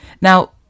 Now